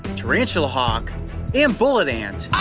tarantula hawk and bullet ant,